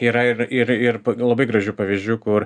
yra ir ir ir labai gražių pavyzdžių kur